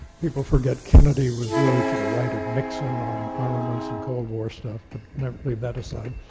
people forget, kennedy was really to the right of nixon on armaments and cold war stuff, but leave that aside.